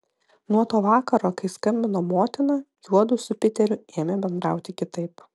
nuo to vakaro kai skambino motina juodu su piteriu ėmė bendrauti kitaip